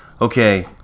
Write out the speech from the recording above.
Okay